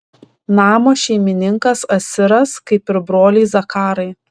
namo šeimininkas asiras kaip ir broliai zakarai